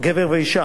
לגבר ולאשה.